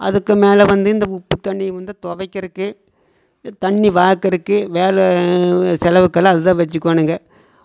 அதுக்கு மேல் வந்து இந்த உப்பு தண்ணி வந்து துவைக்கறக்கு தண்ணி வார்க்குருக்கு வேறு செலவுக்கெல்லாம் அதுதான் வச்சுக்கோணுங்க